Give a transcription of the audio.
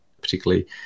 particularly